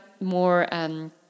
more